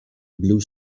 blue